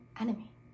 enemy